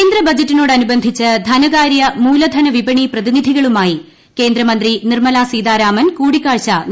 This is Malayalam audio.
കേന്ദ്ര ബജറ്റിനോടനുബന്ധിച്ച് ധനകാര്യ മൂലധന വിപണി പ്രതിനിധികളുമായി കേന്ദ്രമന്ത്രി നിർമലാ സീതാരാമൻ കൂടിക്കാഴ്ച നടത്തുകയാണ്